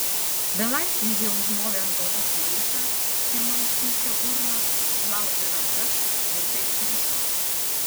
belaisviui jie užmovė ant galvos maišą pirma užkimšę burną užlaužė rankas tvirtai surišo